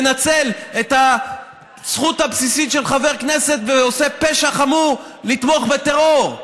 מנצל את הזכות הבסיסית של חבר כנסת ועושה פשע חמור לתמוך בטרור,